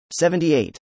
78